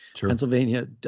Pennsylvania